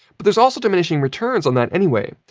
but, there's also diminishing returns on that anyways.